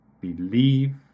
Believe